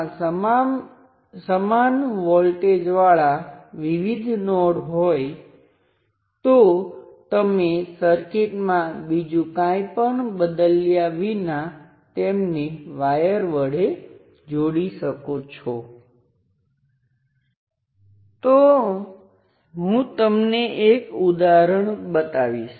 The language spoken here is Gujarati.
હું આને આ બે કેસોનાં સુપરપોઝિશન તરીકે વિચારું છું હું તેનો ઉલ્લેખ કરીશ આ ક્ષણે કેસ શું છે પ્રથમ કિસ્સામાં હું I1 ને શૂન્ય પર સેટ કરીશ જે ઓપન સર્કિટ છે આ એક I1 શૂન્ય હોવાને અનુરૂપ છે